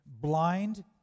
blind